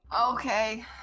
Okay